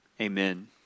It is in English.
Amen